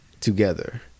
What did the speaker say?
together